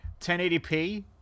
1080p